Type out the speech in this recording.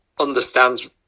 understands